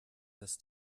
this